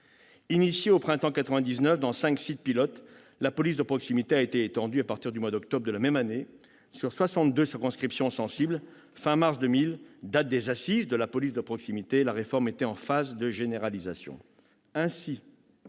Lancée au printemps 1999 dans cinq sites pilotes, la police de proximité a été étendue à partir du mois d'octobre de la même année à 62 circonscriptions sensibles. À la fin mars 2000, date des Assises de la police de proximité, la réforme était en phase de généralisation.